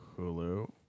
Hulu